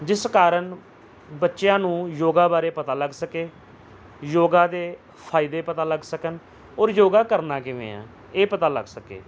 ਜਿਸ ਕਾਰਨ ਬੱਚਿਆਂ ਨੂੰ ਯੋਗਾ ਬਾਰੇ ਪਤਾ ਲੱਗ ਸਕੇ ਯੋਗਾ ਦੇ ਫਾਇਦੇ ਪਤਾ ਲੱਗ ਸਕਣ ਔਰ ਯੋਗਾ ਕਰਨਾ ਕਿਵੇਂ ਆ ਇਹ ਪਤਾ ਲੱਗ ਸਕੇ